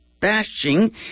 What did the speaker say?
bashing